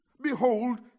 Behold